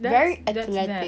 very athletic